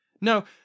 No